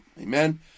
Amen